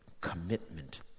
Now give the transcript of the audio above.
commitment